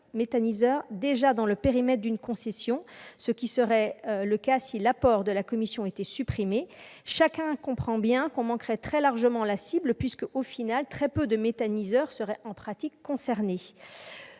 méthaniseurs déjà présents dans le périmètre d'une concession, ce qui serait le cas si l'apport de la commission était supprimé, chacun comprend bien qu'on manquerait très largement la cible puisque très peu de méthaniseurs seraient en pratique concernés.